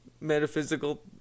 metaphysical